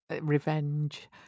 revenge